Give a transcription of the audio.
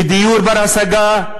מדיור בר-השגה,